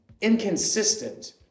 inconsistent